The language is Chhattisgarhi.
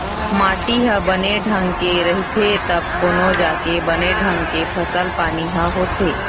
माटी ह बने ढंग के रहिथे तब कोनो जाके बने ढंग के फसल पानी ह होथे